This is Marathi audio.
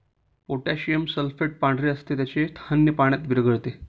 पोटॅशियम सल्फेट पांढरे असते ज्याचे धान्य पाण्यात विरघळते